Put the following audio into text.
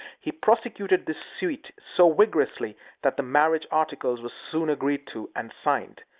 he prosecuted this suit so vigorously that the marriage articles were soon agreed to and signed.